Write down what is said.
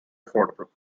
affordable